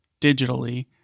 digitally